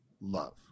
love